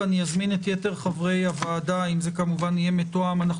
ואני אזמין את יתר חברי הוועדה אם זה כמובן יהיה מתואם - אנחנו